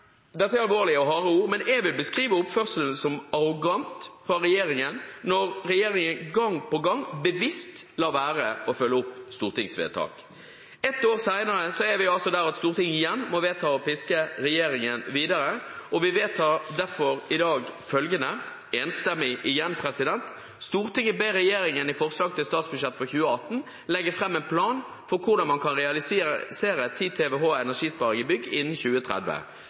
Dette er alvorlige og harde ord, men jeg vil beskrive oppførselen fra regjeringen som arrogant når man gang på gang bevisst lar være å følge opp stortingsvedtak. Et år senere er vi altså der at Stortinget igjen må vedta å piske regjeringen videre. I dag vedtar vi derfor enstemmig – igjen – følgende: «Stortinget ber regjeringen i forslag til statsbudsjett for 2018 legge fram en plan for hvordan man kan realisere 10 TWh energisparing i bygg innen 2030.